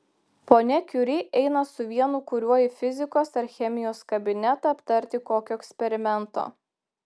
ponia kiuri eina su vienu kuriuo į fizikos ar chemijos kabinetą aptarti kokio eksperimento